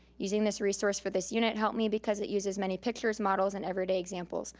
using this resource for this unit helped me because it uses many pictures, models and everyday examples.